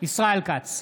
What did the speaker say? ישראל כץ,